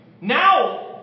Now